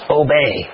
obey